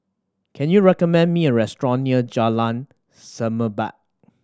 can you recommend me a restaurant near Jalan Semerbak